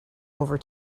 over